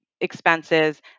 expenses